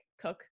cook